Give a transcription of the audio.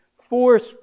force